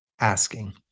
asking